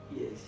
yes